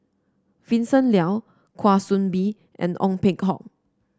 Vincent Leow Kwa Soon Bee and Ong Peng Hock